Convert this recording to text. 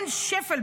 אין שפל,